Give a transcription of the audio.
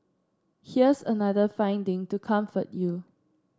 here's another finding to comfort you